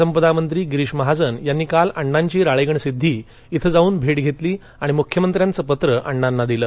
जलसंपदा मंत्री गिरीश महाजन यांनी काल अण्णांची राळेगणसिद्धी येथे जाऊन भेट घेतली आणि मुख्यमंत्र्यांचं पत्र अण्णांना दिले